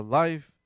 life